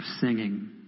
singing